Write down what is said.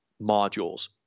modules